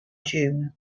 june